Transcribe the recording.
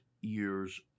years